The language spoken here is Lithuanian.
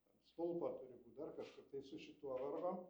ant stulpo turi būt dar kažkaip tai su šituo vargom